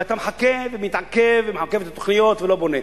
ואתה מחכה, ומתעכב, ומעכב את התוכניות, ולא בונה.